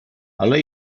ale